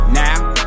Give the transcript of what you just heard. now